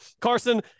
carson